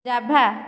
java